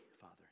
Father